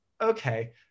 Okay